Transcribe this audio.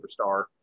superstar